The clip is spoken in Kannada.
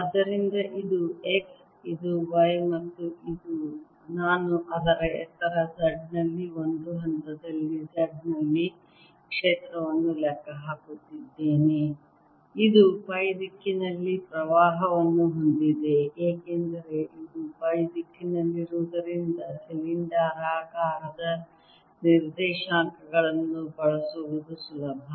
ಆದ್ದರಿಂದ ಇದು x ಇದು y ಮತ್ತು ನಾನು ಅದರ ಎತ್ತರ z ನಲ್ಲಿ ಒಂದು ಹಂತದಲ್ಲಿ z ನಲ್ಲಿ ಕ್ಷೇತ್ರವನ್ನು ಲೆಕ್ಕ ಹಾಕುತ್ತಿದ್ದೇನೆ ಇದು ಪೈ ದಿಕ್ಕಿನಲ್ಲಿ ಪ್ರವಾಹವನ್ನು ಹೊಂದಿದೆ ಏಕೆಂದರೆ ಇದು ಪೈ ದಿಕ್ಕಿನಲ್ಲಿರುವುದರಿಂದ ಸಿಲಿಂಡರಾಕಾರದ ನಿರ್ದೇಶಾಂಕಗಳನ್ನು ಬಳಸುವುದು ಸುಲಭ